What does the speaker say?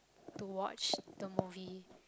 to watch the movie